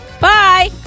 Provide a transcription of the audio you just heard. Bye